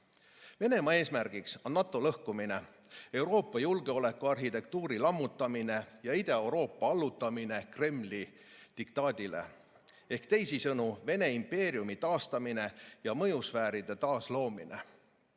kohe. Venemaa eesmärk on NATO lõhkumine, Euroopa julgeolekuarhitektuuri lammutamine ja Ida-Euroopa allutamine Kremli diktaadile. Ehk teisisõnu, Vene impeeriumi taastamine ja mõjusfääride taasloomine.